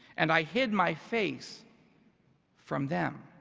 and i hid my face from them.